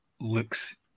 looks